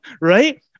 Right